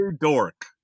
dork